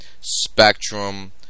spectrum